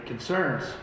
Concerns